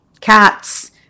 Cats